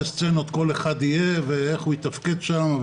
סצינות כל אחד ייתקל ואיך הוא יתפקד שם.